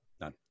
None